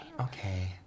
Okay